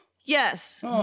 Yes